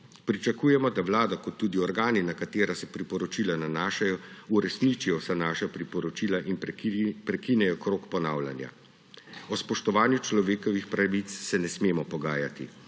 Pričakujemo, da Vlada in tudi organi, na katere se priporočila nanašajo, uresničijo vsa naša priporočila in prekinejo krog ponavljanja. O spoštovanju človekovih pravic se ne smemo pogajati.